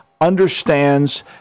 understands